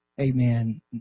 amen